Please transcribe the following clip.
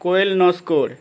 Koel Naskar